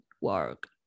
work